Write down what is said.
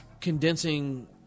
condensing